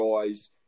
guys